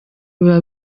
biba